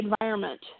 environment